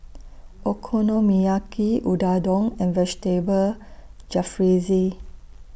Okonomiyaki Unadon and Vegetable Jalfrezi